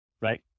right